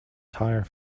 tire